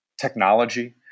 technology